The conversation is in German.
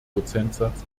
prozentsatz